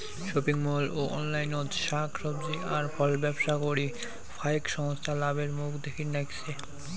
shopping mall ও অনলাইনত শাক সবজি আর ফলব্যবসা করি ফাইক সংস্থা লাভের মুখ দ্যাখির নাইগচে